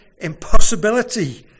impossibility